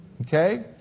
Okay